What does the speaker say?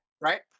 right